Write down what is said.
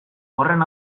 horren